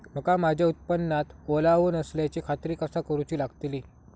मका माझ्या उत्पादनात ओलावो नसल्याची खात्री कसा करुची लागतली?